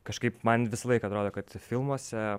kažkaip man visą laiką atrodo kad filmuose